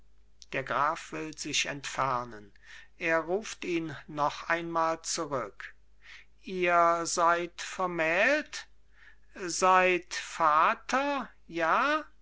der graf will sich entfernen er ruft ihn noch einmal zurück ihr seid vermählt seid vater ja